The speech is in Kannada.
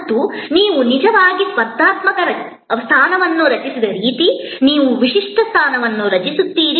ಮತ್ತು ನೀವು ನಿಜವಾಗಿಯೂ ಸ್ಪರ್ಧಾತ್ಮಕ ಸ್ಥಾನವನ್ನು ರಚಿಸಿದ ರೀತಿ ನೀವು ವಿಶಿಷ್ಟ ಸ್ಥಾನವನ್ನು ರಚಿಸುತ್ತೀರಿ